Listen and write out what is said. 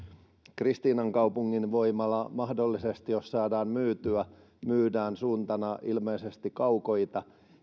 kristiinankaupungin voimala mahdollisesti saadaan myytyä niin se myydään suuntana ilmeisesti kaukoitä